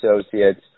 associates